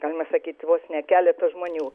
galima sakyt vos ne keleto žmonių